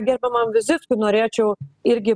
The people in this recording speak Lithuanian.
gerbiamam vizickui norėčiau irgi